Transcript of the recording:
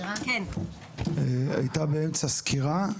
הייתה באמצע סקירה.